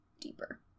deeper